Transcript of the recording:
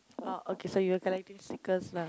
!wow! okay so you are collecting sticker lah